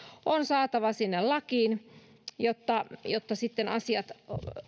on saatava sinne lakiin jotta jotta asiat